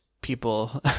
people